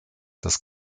das